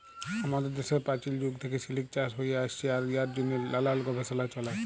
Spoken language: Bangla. আমাদের দ্যাশে পাচীল যুগ থ্যাইকে সিলিক চাষ হ্যঁয়ে আইসছে আর ইয়ার জ্যনহে লালাল গবেষলা চ্যলে